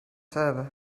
server